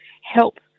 help